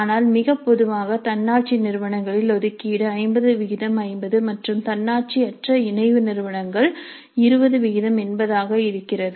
ஆனால் மிக பொதுவாக தன்னாட்சி நிறுவனங்களில் ஒதிக்கீடு 5050 மற்றும் தன்னாட்சி யற்ற இணைவு நிறுவனங்கள் 2080 ஆக இருக்கிறது